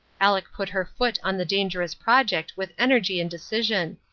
aleck put her foot on the dangerous project with energy and decision.